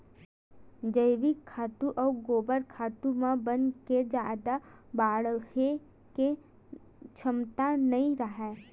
जइविक खातू अउ गोबर खातू म बन के जादा बाड़हे के छमता नइ राहय